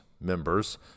members